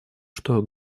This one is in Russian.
что